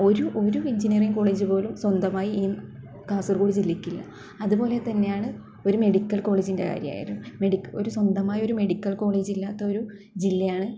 ഒരു ഒരു engineering college പോലും സ്വന്തമായി ഈ കാസർഗോട് ജില്ലക്കില്ല അതുപോലെ തന്നെയാണ് ഒരു മെഡിക്കൽ കോളേജിൻ്റെ കാര്യമായാലും മെഡി ഒരു സ്വന്തമായൊരു മെഡിക്കൽ കോളേജ് ഇല്ലാത്തൊരു ജില്ലയാണ്